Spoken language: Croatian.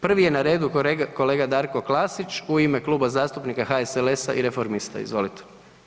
Prvi je na redu kolega Darko Klasić u ime Kluba zastupnika HSLS-a i reformista, izvolite.